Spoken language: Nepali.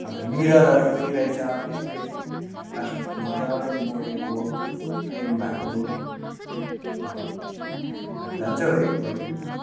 अन्त मिररहरू पनि रहेछ त्यस्तै प्लास्टिकको मज्जाले मोडेको फ्रेम भएको जान्छौ है भोलि